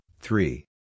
three